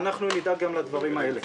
אנחנו נדאג גם לדברים האלה.